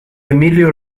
emilio